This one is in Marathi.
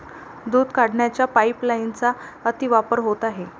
दूध काढण्याच्या पाइपलाइनचा अतिवापर होत आहे